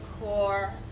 core